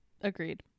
Agreed